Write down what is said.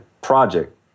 project